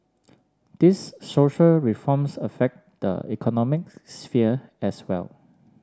these social reforms affect the economic sphere as well